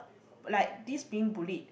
like this being bullied